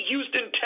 Houston